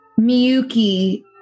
Miyuki